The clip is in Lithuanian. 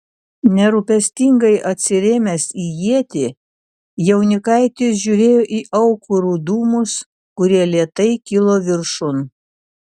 nerūpestingai atsirėmęs į ietį jaunikaitis žiūrėjo į aukurų dūmus kurie lėtai kilo viršun